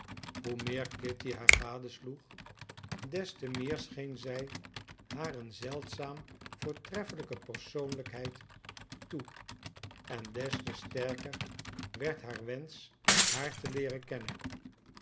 hoe meer kitty haar gadesloeg des te meer scheen zij haar een zeldzaam voortreffelijke persoonlijkheid toe en des te sterker werd haar wensch haar te leeren kennen